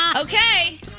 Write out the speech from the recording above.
Okay